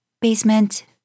Basement